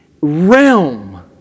realm